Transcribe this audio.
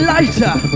Lighter